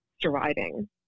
surviving